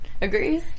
Agrees